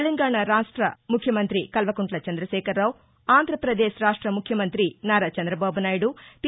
తెలంగాణా రాష్ట ముఖ్యమంతి కల్వకుంట్ల చంద్రశేఖరరావు ఆంధ్రపదేశ్ ముఖ్యమంతి నారా చంద్రబాబునాయుడు పి